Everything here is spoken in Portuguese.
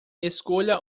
escolha